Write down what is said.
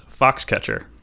Foxcatcher